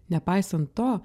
nepaisant to